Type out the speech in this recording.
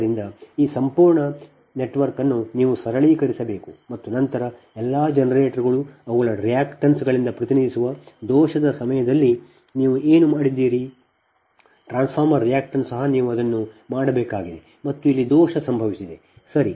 ಆದ್ದರಿಂದ ಈ ಸಂಪೂರ್ಣ ನೆಟ್ವರ್ಕ್ ಅನ್ನು ನೀವು ಸರಳೀಕರಿಸಬೇಕು ಮತ್ತು ನಂತರ ಎಲ್ಲಾ ಜನರೇಟರ್ಗಳು ಅವುಗಳ ರಿಯಾಕ್ಟನ್ಸ್ ಗಳಿಂದ ಪ್ರತಿನಿಧಿಸುವ ದೋಷದ ಸಮಯದಲ್ಲಿ ನೀವು ಏನು ಮಾಡಿದ್ದೀರಿ ಟ್ರಾನ್ಸ್ಫಾರ್ಮರ್ ರಿಯಾಕ್ಟನ್ಸ್ ಸಹ ನೀವು ಅದನ್ನು ಮಾಡಬೇಕಾಗಿದೆ ಮತ್ತು ಇಲ್ಲಿ ದೋಷ ಸಂಭವಿಸಿದೆ ಸರಿ